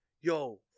yo